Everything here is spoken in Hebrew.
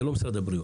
זה לא משרד הבריאות.